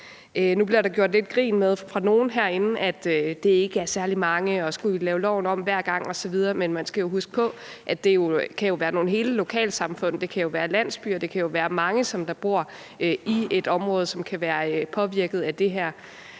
Nu bliver der fra nogle herinde gjort lidt grin med, at det ikke er særlig mange, og spurgt til, om vi skulle lave loven om hver gang osv., men man skal huske på, at det jo kan være nogle hele lokalsamfund. Det kan være landsbyer. Det kan jo være mange, der bor i et område, som kan være påvirket af det her.